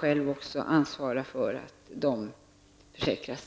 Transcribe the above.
själva ansvarar för att dessa föremål blir försäkrade.